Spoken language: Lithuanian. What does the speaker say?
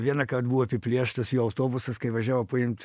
vienąkart buvo apiplėštas jo autobusas kai važiavo paimt